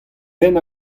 den